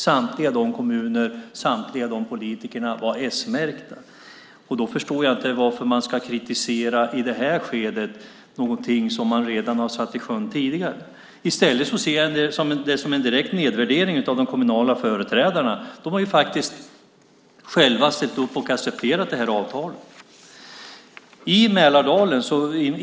Samtliga de kommunerna och samtliga de politikerna var alltså s-märkta. Därför förstår jag inte varför man i det här skedet ska kritisera någonting som man redan tidigare satt i sjön. I stället ser jag det som en direkt nedvärdering av de kommunala företrädarna. De har ju själva ställt upp och accepterat avtalet.